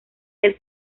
del